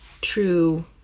true